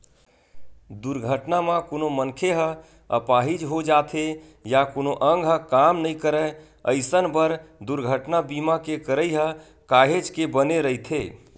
दुरघटना म कोनो मनखे ह अपाहिज हो जाथे या कोनो अंग ह काम नइ करय अइसन बर दुरघटना बीमा के करई ह काहेच के बने रहिथे